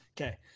okay